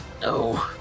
No